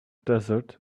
desert